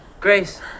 Grace